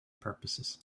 purposes